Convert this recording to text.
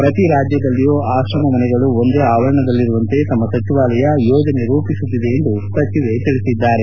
ಪ್ರತಿ ರಾಜ್ಯದಲ್ಲೂ ಆಶ್ರಮದ ಮನೆಗಳು ಒಂದೇ ಆವರಣದಲ್ಲಿರುವಂತೆ ತಮ್ಮ ಸಚಿವಾಲಯ ಯೋಜನೆ ರೂಪಿಸುತ್ತಿದೆ ಎಂದು ತಿಳಿಸಿದ್ದಾರೆ